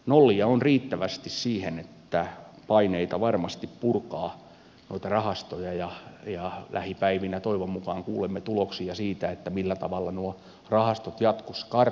nollia on riittävästi siihen että on paineita varmasti purkaa noita rahastoja ja lähipäivinä toivon mukaan kuulemme tuloksia siitä millä tavalla nuo rahastot jatkossa karttuvat